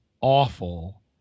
awful